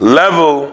level